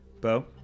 Bo